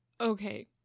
Okay